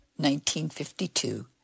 1952